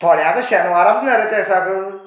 थोड्यांचो शेनवार आसा न्ही रे त्या दिसाक